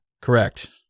Correct